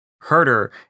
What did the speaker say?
Herder